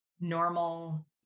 normal